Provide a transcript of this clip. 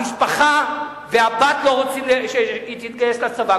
המשפחה והבת לא רוצות שהיא תתגייס לצבא,